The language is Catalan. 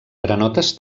granotes